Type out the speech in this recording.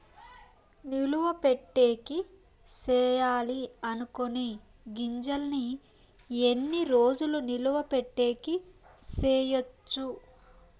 నిలువ పెట్టేకి సేయాలి అనుకునే గింజల్ని ఎన్ని రోజులు నిలువ పెట్టేకి చేయొచ్చు